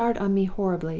jarred on me horribly,